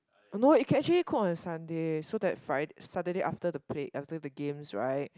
no you actually can call on Sunday so that Fri Saturday after the play after the games right